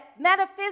metaphysics